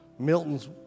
Milton's